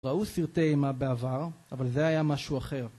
ראו סרטי אימה בעבר, אבל זה היה משהו אחר.